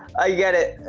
i get it.